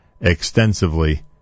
extensively